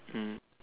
mm